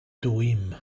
dwym